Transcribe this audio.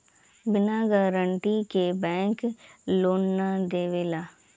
बिना गारंटी के bank loan ना देवेला